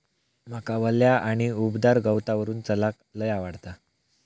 माका वल्या आणि उबदार गवतावरून चलाक लय आवडता